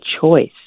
choice